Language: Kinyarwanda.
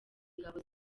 ingabo